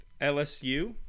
LSU